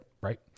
right